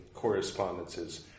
Correspondences